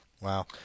Wow